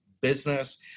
business